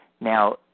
Now